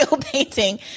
painting